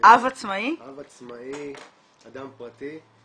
אדם פרטי.